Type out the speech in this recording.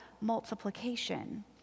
multiplication